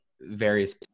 various